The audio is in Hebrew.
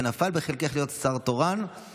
ונפל בחלקך להיות שרה תורנית,